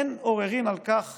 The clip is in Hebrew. אין עוררין על כך